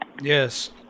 Yes